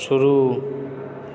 शुरू